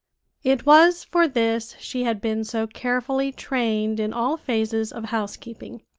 it was for this she had been so carefully trained in all phases of housekeeping,